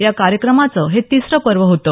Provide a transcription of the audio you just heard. या कार्यक्रमाचं हे तीसरं पर्व होतं